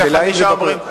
וחמישה אומרים,